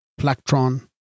Plactron